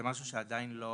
זה משהו שעדיין לא